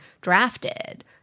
drafted